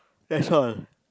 that's all